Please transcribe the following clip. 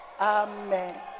amen